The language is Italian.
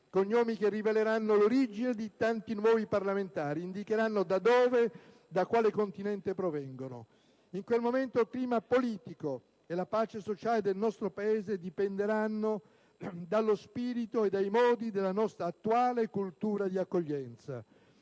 cognomi che riveleranno l'origine di tanti nuovi parlamentari, indicheranno da dove, da quale continente provengono. In quel momento il clima politico e la pace sociale del nostro Paese dipenderanno dallo spirito e dai modi della nostra attuale cultura di accoglienza.